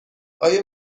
آیا